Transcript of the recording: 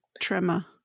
tremor